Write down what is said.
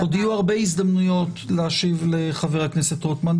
עוד יהיו הרבה הזדמנויות להשיב לחבר הכנסת רוטמן.